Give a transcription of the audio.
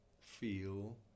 Feel